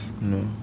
no